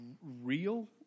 real